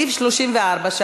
סעיף 34,